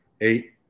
eight